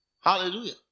Hallelujah